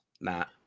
Matt